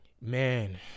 man